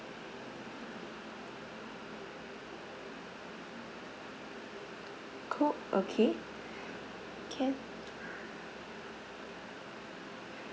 coke okay can